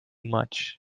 much